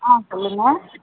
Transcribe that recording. ஆ சொல்லுங்கள்